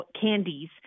candies